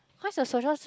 cause your socials